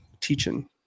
teaching